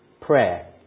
prayer